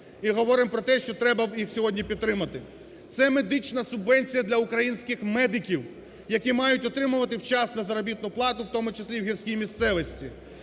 і говоримо про те, що треба їх сьогодні підтримати. Це медична субвенція для українських медиків, які мають отримувати вчасно заробітну плату, в тому числі в гірській місцевості.